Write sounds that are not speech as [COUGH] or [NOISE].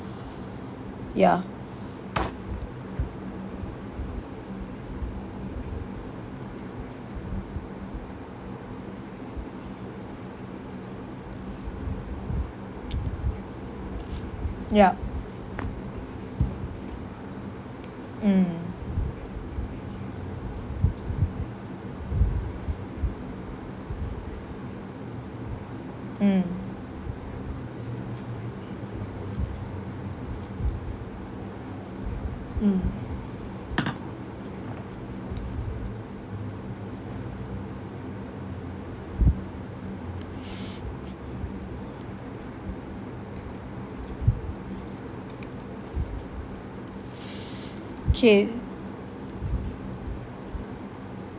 ya [NOISE] ya mm mm mm [NOISE] K